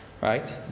right